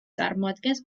წარმოადგენს